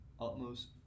utmost